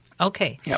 Okay